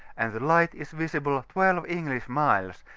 and the light is visible twelve english miles,